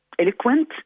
eloquent